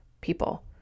people